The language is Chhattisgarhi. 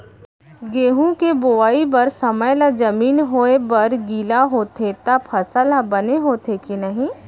गेहूँ के बोआई बर समय ला जमीन होये बर गिला होथे त फसल ह बने होथे की नही?